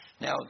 Now